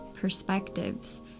perspectives